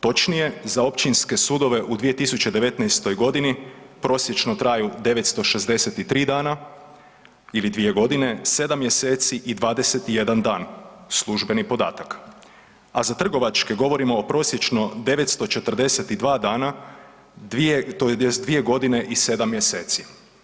Točnije za općinske sudove u 2019. godini prosječno traju 963 dana ili 2 godine, 7 mjeseci i 21 dan službeni podatak, a za trgovačke govorimo o prosječno 942 dana tj. 2 godine i 7 mjeseci.